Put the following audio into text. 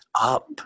up